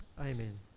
Amen